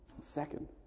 Second